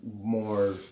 more